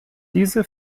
diese